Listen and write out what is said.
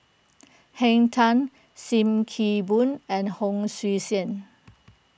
Henn Tan Sim Kee Boon and Hon Sui Sen